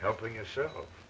helping yourself